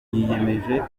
kutazongera